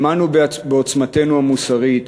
האמנו בעוצמתנו המוסרית.